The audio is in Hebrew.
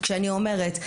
כשאני אומרת,